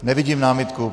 Nevidím námitku.